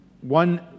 One